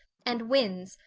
and winds,